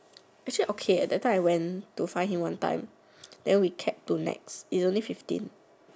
actually okay eh that time I went to find him one time then we cab to next is only fifteen